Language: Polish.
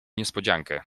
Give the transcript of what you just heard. niespodziankę